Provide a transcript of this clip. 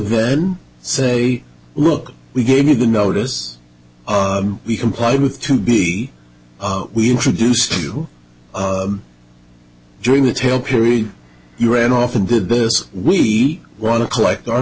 then say look we gave you the notice we complied with to be we introduced you during the tail period you ran off and did this we want to collect our